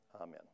Amen